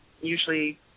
Usually